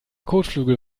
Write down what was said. kotflügel